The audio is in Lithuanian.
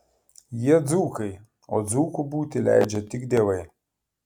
jie dzūkai o dzūku būti leidžia tik dievai